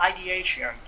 ideation